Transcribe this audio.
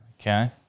Okay